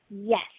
Yes